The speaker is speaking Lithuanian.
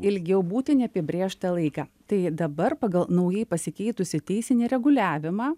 ilgiau būti neapibrėžtą laiką tai dabar pagal naujai pasikeitusį teisinį reguliavimą